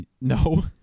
No